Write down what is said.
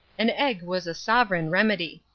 an egg was a sovereign remedy.